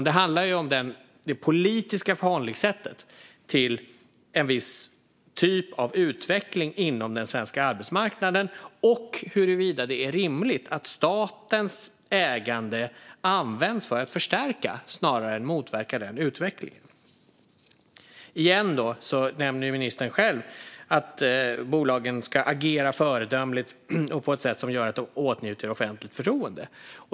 Det handlar om det politiska förhållningssättet till en viss typ av utveckling inom den svenska arbetsmarknaden och huruvida det är rimligt att statens ägande används för att förstärka snarare än att motverka den utvecklingen. Ministern nämner igen själv att bolagen ska agera föredömligt och på ett sätt som gör att de åtnjuter offentligt förtroende.